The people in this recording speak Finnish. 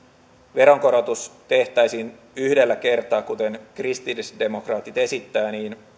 veronkorotus tehtäisiin yhdellä kertaa kuten kristillisdemokraatit esittää niin